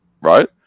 right